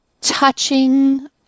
touching